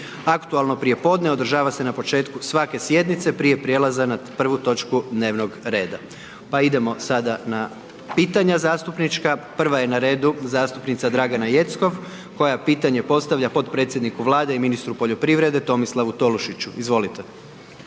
Aktualno prijepodne, održava se na početku svake sjednice prije prijelaza na prvu točku dnevnog reda. Pa idemo sada na pitanja zastupnička, prva je na radu zastupnica Dragana Jeckov koja pitanje postavlja potpredsjedniku vlade i ministru poljoprivrede, Tomislavu Tolušiću, izvolite.